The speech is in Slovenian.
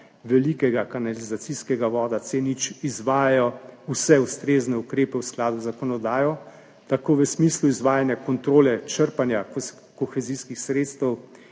velikega kanalizacijskega vodovoda C0 izvajajo vse ustrezne ukrepe v skladu z zakonodajo, tako v smislu izvajanja kontrole črpanja kohezijskih sredstev